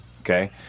Okay